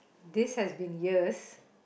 this has been years